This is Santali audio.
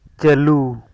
ᱪᱟᱹᱞᱩ